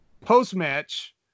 post-match